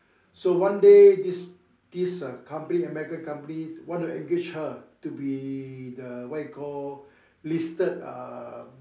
so one day this this uh company American company want to engage her to be the what you call listed uh